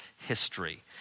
history